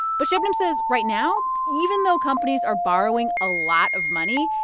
but sebnem says, right now, even though companies are borrowing a lot of money,